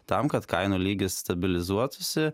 tam kad kainų lygis stabilizuotųsi